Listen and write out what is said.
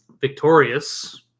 Victorious